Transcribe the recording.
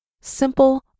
simple